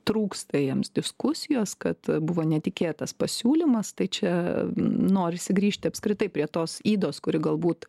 trūksta jiems diskusijos kad buvo netikėtas pasiūlymas tai čia norisi grįžti apskritai prie tos ydos kuri galbūt